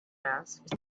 asked